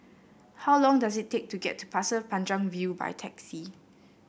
how long does it take to get to Pasir Panjang View by taxi